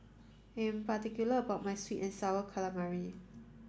I'm particular about my sweet and sour calamari